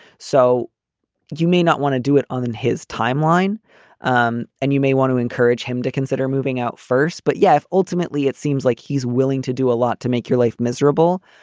so you may not want to do it on and his timeline um and you may want to encourage him to consider moving out first. but yeah, if ultimately it seems like he's willing to do a lot to make your life miserable.